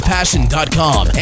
Passion.com